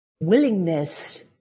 willingness